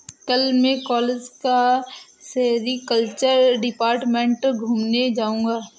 कल मैं कॉलेज का सेरीकल्चर डिपार्टमेंट घूमने जाऊंगा